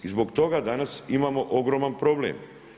I zbog toga danas imamo ogroman problem.